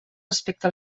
respecte